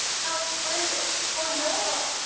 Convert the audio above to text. how splendid! how noble!